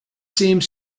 seems